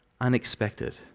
unexpected